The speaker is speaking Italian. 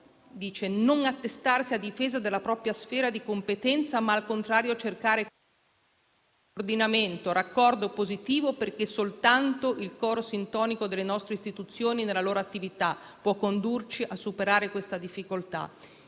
deve attestarsi a difesa della propria sfera di competenza, ma, al contrario, deve cercare collaborazione, coordinamento, raccordo positivo, perché soltanto «il coro sintonico delle nostre istituzioni e delle loro attività può condurci a superare queste difficoltà».